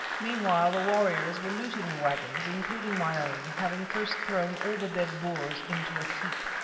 meanwhile the warriors were looting the waggons, including my own, having first thrown all the dead boers into a heap.